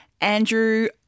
Andrew